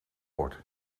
word